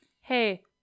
hey